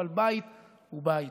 אבל בית הוא בית,